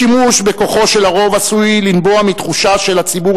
השימוש בכוחו של הרוב עשוי לנבוע מתחושה של הציבור